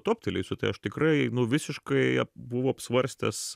toptelėjusi tai aš tikrai nu visiškai ap buvau apsvarstęs